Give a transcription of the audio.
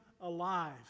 alive